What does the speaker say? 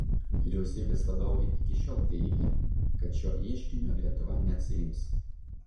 vyriausybės vadovai iki šiol teigė kad šio ieškinio lietuva neatsiims